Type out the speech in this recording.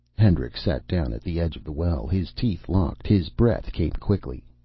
hendricks sat down at the edge of the well, his teeth locked. his breath came quickly.